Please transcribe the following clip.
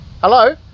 hello